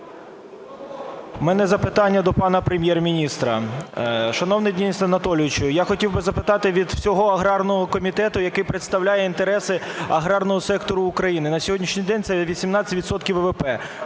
У мене запитання до пана Прем'єр-міністра. Шановний Денисе Анатолійовичу, я хотів би запитати від всього аграрного комітету, який представляє інтереси аграрного сектору України. На сьогоднішній день це 18